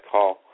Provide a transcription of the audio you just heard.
Call